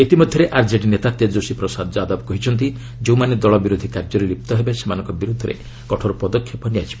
ଇତିମଧ୍ୟରେ ଆର୍କେଡି ନେତା ତେଜସ୍ୱୀ ପ୍ରସାଦ ଯାଦବ କହିଛନ୍ତି ଯେଉଁମାନେ ଦଳ ବିରୋଧୀ କାର୍ଯ୍ୟରେ ଲିପ୍ତ ହେବେ ସେମାନଙ୍କ ବିରୁଦ୍ଧରେ କଠୋର ପଦକ୍ଷେପ ନିଆଯିବ